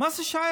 מה זה שייך?